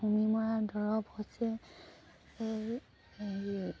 হুমি মৰাৰ দৰৱ হৈছে এই হেৰি